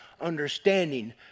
understanding